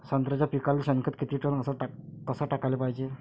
संत्र्याच्या पिकाले शेनखत किती टन अस कस टाकाले पायजे?